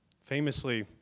Famously